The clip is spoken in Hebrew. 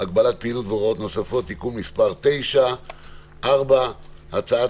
(הגבלת פעילות והוראות נוספות) (תיקון מס' 8); 3. הצעת